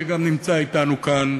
שגם נמצא אתנו כאן.